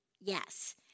Yes